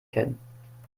kennen